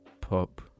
Pop